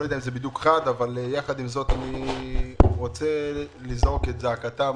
יחד עם זאת אני רוצה לזעוק את זעקתם